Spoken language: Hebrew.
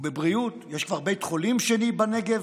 ובבריאות, יש כבר בית חולים שני בנגב?